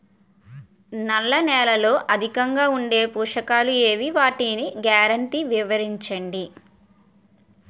నల్ల నేలలో అధికంగా ఉండే పోషకాలు ఏవి? వాటి గ్యారంటీ వివరించండి?